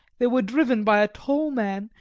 they were driven by a tall man,